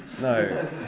no